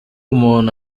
umuntu